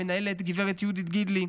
המנהלת גב' יהודית גידלי,